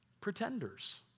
Pretenders